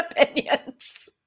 opinions